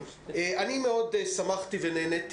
אני מאוד שמחתי ונהניתי